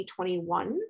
2021